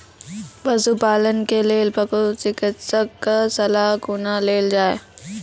पशुपालन के लेल पशुचिकित्शक कऽ सलाह कुना लेल जाय?